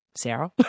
Sarah